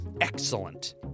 Excellent